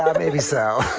and maybe so.